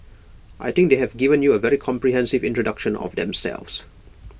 I think they have given you A very comprehensive introduction of themselves